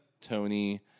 Tony